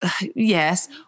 Yes